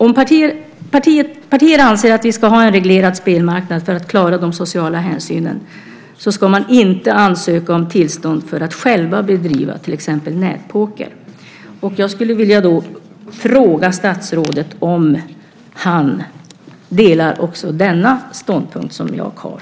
Om partier anser att vi ska ha en reglerad spelmarknad för att klara de sociala hänsynen ska man inte ansöka om tillstånd för att själv bedriva till exempel nätpoker. Jag vill fråga om statsrådet delar också denna ståndpunkt som jag har.